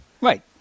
Right